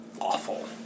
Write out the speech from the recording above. awful